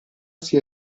sia